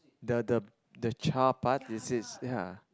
the the the charred part is this ya